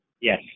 Yes